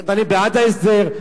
אני בעד ההסדר,